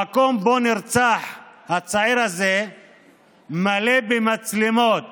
המקום שבו נרצח הצעיר הזה מלא במצלמות